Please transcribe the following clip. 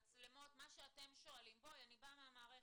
שאתם שואלים אני באה מהמערכת,